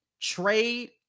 trade